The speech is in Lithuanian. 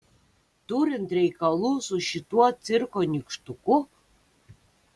turint reikalų su šituo cirko nykštuku